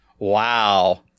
Wow